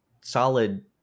solid